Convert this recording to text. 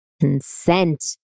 consent